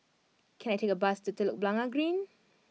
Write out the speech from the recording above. can I take a bus to Telok Blangah Green